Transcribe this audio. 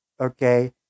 okay